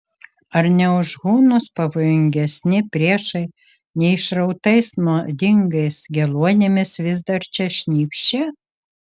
ar ne už hunus pavojingesni priešai neišrautais nuodingais geluonimis vis dar čia šnypščia